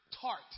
tart